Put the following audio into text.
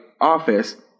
office